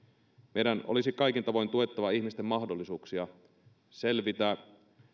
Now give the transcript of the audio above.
meidän olisi kaikin tavoin tuettava ihmisten mahdollisuuksia selvitä